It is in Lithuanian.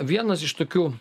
vienas iš tokių